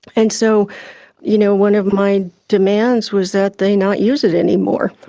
and so you know one of my demands was that they not use it anymore.